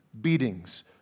beatings